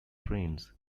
friends